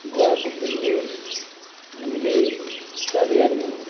गुवाको बिजनेस हामीले सालियाना